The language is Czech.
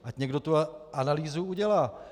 Ať někdo tu analýzu udělá.